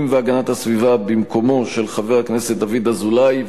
והגנת הסביבה במקומו של חבר הכנסת דוד אזולאי,